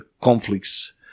conflicts